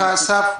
אסף,